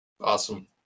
Awesome